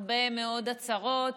הרבה מאוד הצהרות,